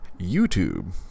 YouTube